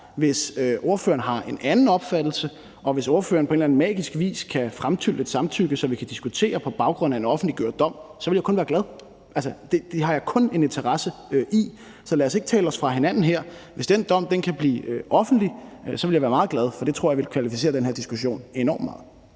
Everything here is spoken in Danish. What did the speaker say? hvis ordføreren har en anden opfattelse, og hvis ordføreren på en eller anden magisk vis kan fremtrylle et samtykke, så vi kan diskutere på baggrund af en offentliggjort dom, vil jeg kun være glad. Det har jeg kun en interesse i. Så lad os ikke tale os fra hinanden her. Hvis den dom kan blive offentlig, vil jeg blive meget glad, for det tror jeg vil kunne kvalificere den her diskussion enormt meget.